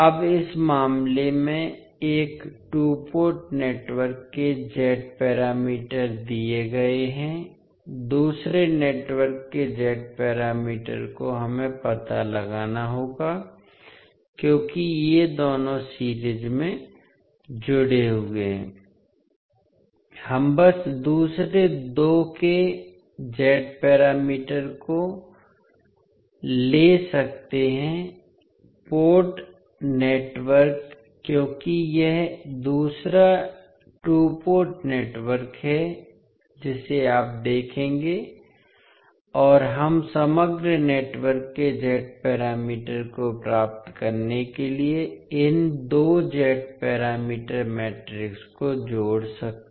अब इस मामले में एक टू पोर्ट नेटवर्क के जेड पैरामीटर दिए गए हैं दूसरे नेटवर्क के जेड पैरामीटर को हमें पता लगाना होगा क्योंकि ये दोनों सीरीज में जुड़े हुए हैं हम बस दूसरे दो के जेड पैरामीटर को ले सकते हैं पोर्ट नेटवर्क क्योंकि यह दूसरा टू पोर्ट नेटवर्क है जिसे आप देखेंगे और हम समग्र नेटवर्क के जेड पैरामीटर को प्राप्त करने के लिए इन दो जेड पैरामीटर मैट्रिक्स को जोड़ सकते हैं